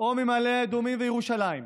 או ממעלה אדומים וירושלים.